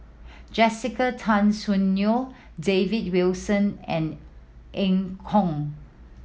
Jessica Tan Soon Neo David Wilson and Eu Kong